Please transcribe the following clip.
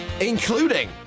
Including